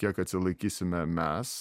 kiek atsilaikysime mes